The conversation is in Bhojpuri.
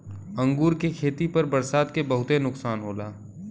अंगूर के खेती पर बरसात से बहुते नुकसान होला